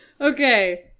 okay